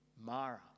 Mara